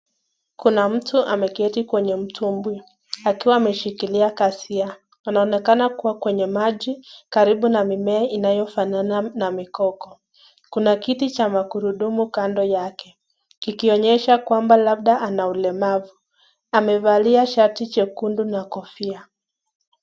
Kuna mtu ameketi kwenye mtumbwi akiwa ameshikilia kasia, anaonekana kuwa kwenye maji, karibu na mimea inayofanana na mikoko, kuna kiti cha magurudumu kando yake, kikionyesha kwamba kabda ana ulemavu, amevalia shati jekundu na kofia.